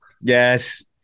Yes